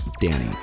Danny